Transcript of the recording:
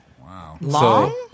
Wow